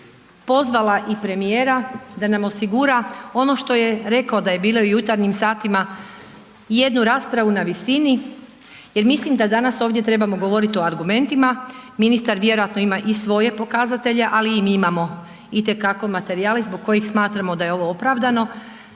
pozvala i premijera da nam osigura ono što je rekao da je bilo i u jutarnjim satima, jednu raspravu na visini jer mislim da danas ovdje trebamo govoriti o argumentima, ministar vjerojatno ima i svoje pokazatelje ali i mi imamo itekako materijala zbog kojih smatramo da je ovo opravdano,